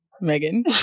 Megan